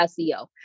SEO